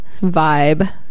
vibe